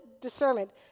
discernment